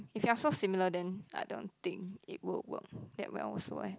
if you're so similar then I don't think it would work that well also eh